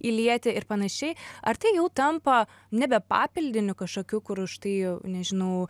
įlieti ir panašiai ar tai jau tampa nebe papildiniu kažkokiu kur už tai nežinau